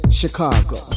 chicago